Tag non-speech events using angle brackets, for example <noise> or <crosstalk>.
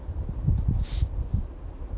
<noise>